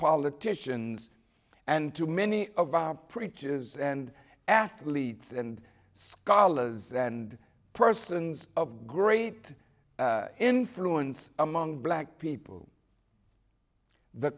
politicians and to many of our preaches and athletes and scholars and persons of great influence among black people the